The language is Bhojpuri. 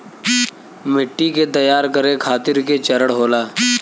मिट्टी के तैयार करें खातिर के चरण होला?